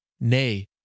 nay